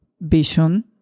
vision